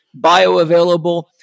bioavailable